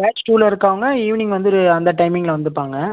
batch டூவில் இருக்கறவங்க evening வந்து அந்த டைமிங்கில வந்துப்பாங்கள்